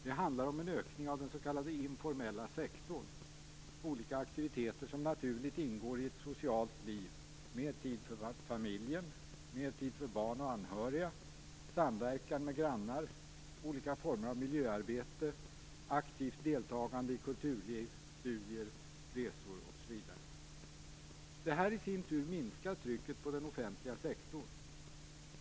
Det handlar om en ökning av den s.k. informella sektorn - olika aktiviteter som naturligt ingår i ett socialt liv med mer tid för familjen, för barn och anhöriga, samverkan med grannar, olika former av miljöarbete, aktivt deltagande i kulturliv, studier, resor, osv. Detta i sin tur minskar trycket på den offentliga sektorn.